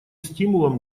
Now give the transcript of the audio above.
стимулом